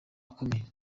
akomeye